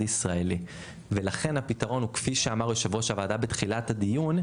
ישראלי ולכן הפתרון הוא כפי שאמר יושב הוועדה בתחילת הדיון,